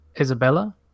Isabella